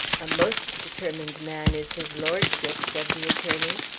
a most determined man is his lordship, said the attorney.